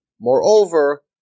Moreover